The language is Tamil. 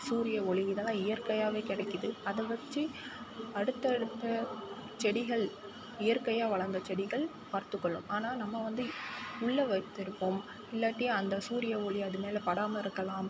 சூரியஒளி இதெல்லாம் இயற்கையாகவே கிடைக்குது அதை வச்சு அடுத்தடுத்த செடிகள் இயற்கையாக வளர்ந்த செடிகள் பார்த்துக்கொள்ளும் ஆனால் நம்ம வந்து உள்ளே வைத்திருப்போம் இல்லாட்டி அந்த சூரியஒளி அதுமேலே படாமல் இருக்கலாம்